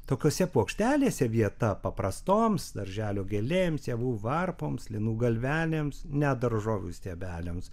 tokiose puokštelėse vieta paprastoms darželio gėlėms javų varpoms linų galvelėms net daržovių stiebeliams